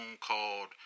called